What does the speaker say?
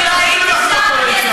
הייתי שם?